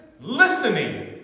listening